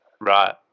Right